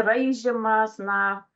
raižymas na